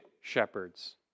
shepherds